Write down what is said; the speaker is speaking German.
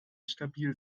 stabil